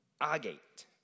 Agate